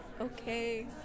Okay